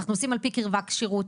אנחנו עושים על פי קרבה, כשירות.